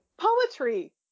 Poetry